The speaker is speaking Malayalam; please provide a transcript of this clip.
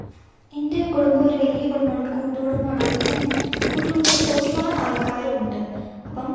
എൻ്റെ കുടുംബം ഒരു വലിയ കുടുംബമാണ് ഒരു കൂട്ടുകുടുംബം ആണ് അതുകൊണ്ടു തന്നെ കൂട്ടുകുടുംബത്തിൽ ഒരുപാട് ആൾക്കാരുമുണ്ട് അപ്പം